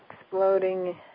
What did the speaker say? exploding